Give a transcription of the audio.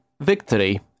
victory